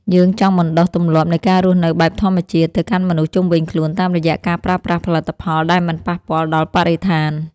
យើងចង់បណ្ដុះទម្លាប់នៃការរស់នៅបែបធម្មជាតិ ទៅកាន់មនុស្សជុំវិញខ្លួនតាមរយៈការប្រើប្រាស់ផលិតផលដែលមិនប៉ះពាល់ដល់បរិស្ថាន។